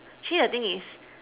actually the thing is